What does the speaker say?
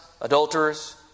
adulterers